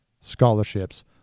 scholarships